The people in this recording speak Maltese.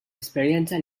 esperjenza